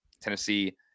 Tennessee